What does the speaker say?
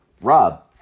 Rob